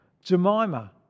Jemima